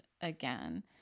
again